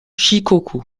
shikoku